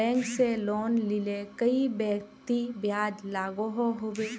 Bank से loan लिले कई व्यक्ति ब्याज लागोहो होबे?